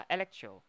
Electro